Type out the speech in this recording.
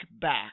back